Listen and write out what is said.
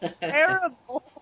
terrible